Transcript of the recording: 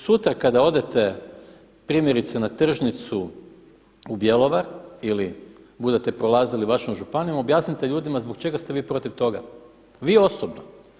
Sutra kada odete primjerice na tržnicu u Bjelovar ili budete prolazili vašom županijom objasnite ljudima zbog čega ste vi protiv toga, vi osobno.